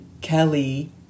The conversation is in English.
Kelly